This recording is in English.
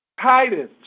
Titus